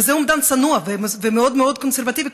וזה אומדן צנוע ומאוד מאוד קונסרבטיבי,